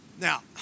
Now